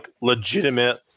legitimate